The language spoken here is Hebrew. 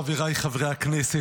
חבריי חברי הכנסת,